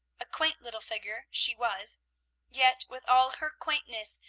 a quaint little figure she was yet, with all her quaintness,